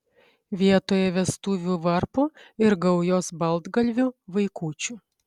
vietoje vestuvių varpų ir gaujos baltgalvių vaikučių